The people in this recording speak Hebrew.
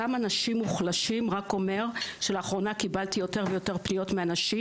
אותם אנשים מוחלשים רק אומר שלאחרונה קיבלתי יותר ויותר פניות מאנשים